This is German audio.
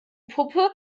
puppe